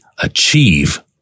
achieve